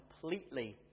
completely